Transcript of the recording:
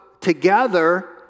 together